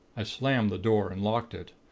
i slammed the door, and locked it.